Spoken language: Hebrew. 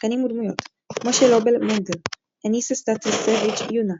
שחקנים ודמויות משה לובל - מנדל אניסיה סטסביץ' - יונה